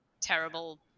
terrible